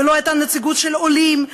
ולא הייתה נציגות של עולים,